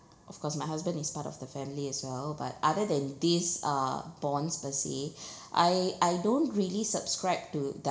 of course my husband is part of the family as well but other than these uh bonds per se I I don't really subscribe to the